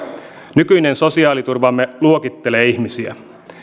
nykyinen sosiaaliturvamme luokittelee ihmisiä